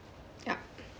ya